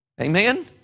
Amen